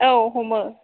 औ हमो